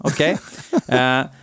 Okay